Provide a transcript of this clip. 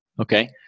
Okay